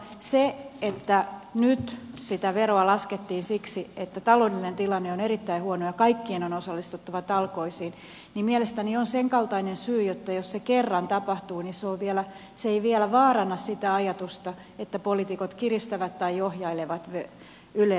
se että nyt sitä veroa laskettiin siksi että taloudellinen tilanne on erittäin huono ja kaikkien on osallistuttava talkoisiin mielestäni on senkaltainen syy että jos se kerran tapahtuu niin se ei vielä vaaranna sitä ajatusta että poliitikot kiristävät tai ohjailevat yleä